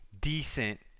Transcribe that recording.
decent